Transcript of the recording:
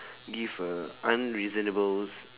give a unreasonables